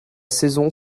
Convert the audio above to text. saison